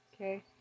Okay